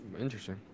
Interesting